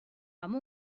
amb